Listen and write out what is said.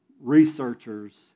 researchers